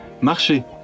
Marcher